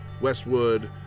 Westwood